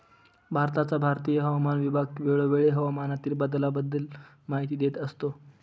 भारताचा भारतीय हवामान विभाग वेळोवेळी हवामानातील बदलाबद्दल माहिती देत असतो